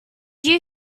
you